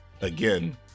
again